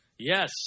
Yes